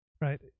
right